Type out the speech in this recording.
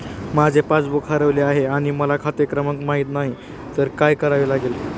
माझे पासबूक हरवले आहे आणि मला खाते क्रमांक माहित नाही तर काय करावे लागेल?